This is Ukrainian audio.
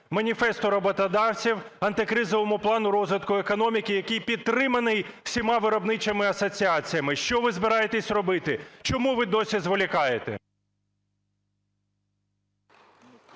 Маніфесту роботодавців, Антикризовому плану розвитку економіки, який підтриманий всіма виробничими асоціаціями. Що ви збираєтесь робити? Чому ви досі зволікаєте?